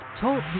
TALK